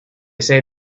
say